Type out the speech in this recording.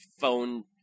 phone